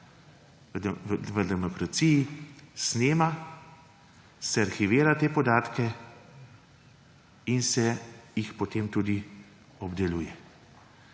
v demokraciji snema, se arhivirajo ti podatki in se potem tudi obdelujejo.